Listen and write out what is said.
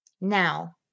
Now